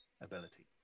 ability